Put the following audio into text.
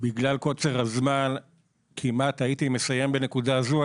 בגלל קוצר הזמן כמעט הייתי מסיים בנקודה הזו,